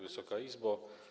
Wysoka Izbo!